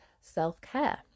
self-care